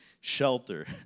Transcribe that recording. Shelter